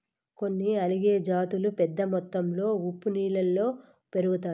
కొన్ని ఆల్గే జాతులు పెద్ద మొత్తంలో ఉప్పు నీళ్ళలో పెరుగుతాయి